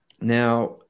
now